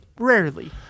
rarely